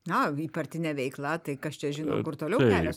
na į partinę veiklą tai kas čia žino kur toliau kelias